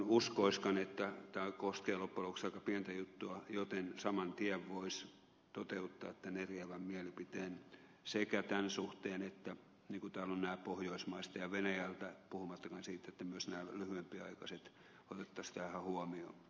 tämä koskee loppujen lopuksi aika pientä juttua joten saman tien voisi toteuttaa tämän eriävän mielipiteen tämän suhteen kun täällä on nämä pohjoismaiset ja venäläiset puhumattakaan siitä että myös nämä lyhyempiaikaiset otettaisiin tähän huomioon